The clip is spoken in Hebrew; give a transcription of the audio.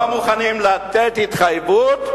לא מוכנים לתת התחייבות,